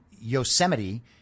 Yosemite